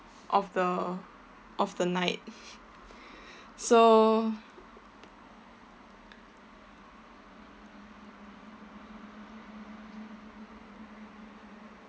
of the of the night so